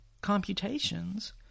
computations